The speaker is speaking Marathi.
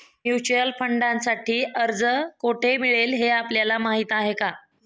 म्युच्युअल फंडांसाठी अर्ज कोठे मिळेल हे आपल्याला माहीत आहे का?